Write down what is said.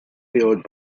filled